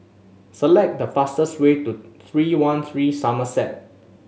select the fastest way to Three One Three Somerset